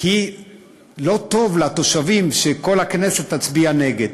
כי לא טוב לתושבים שכל הכנסת תצביע נגד.